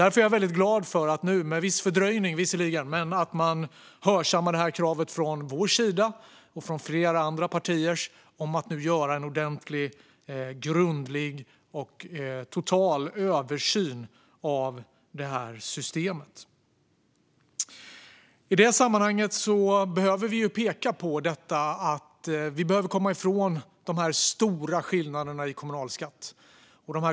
Därför är jag väldigt glad för att man nu, visserligen med viss fördröjning, hörsammar kravet från vår och flera andra partiers sida om att nu göra en ordentlig, grundlig och total översyn av systemet. I detta sammanhang vill vi peka på att man behöver komma bort från de stora skillnaderna i kommunalskatt.